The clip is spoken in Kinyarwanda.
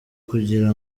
kugira